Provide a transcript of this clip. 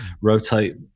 rotate